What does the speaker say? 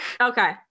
Okay